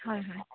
হয় হয়